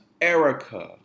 Erica